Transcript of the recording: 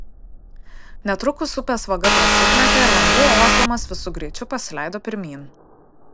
netrukus upės vaga prasiplėtė ir vanduo ošdamas visu greičiu pasileido pirmyn